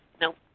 Nope